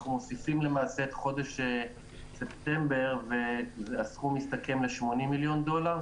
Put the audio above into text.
אנחנו מוסיפים למעשה את חודש ספטמבר והסכום יסתכם ב-80 מיליון דולר.